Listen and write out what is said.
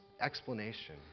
explanation